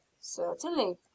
Certainly